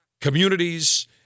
communities